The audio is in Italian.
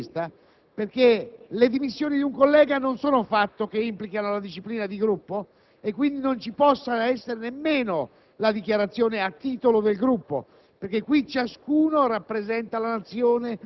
avevo chiesto di parlare all'inizio ed ho avuto anche una trattativa con i collaboratori della Presidenza in relazione al titolo su cui avrei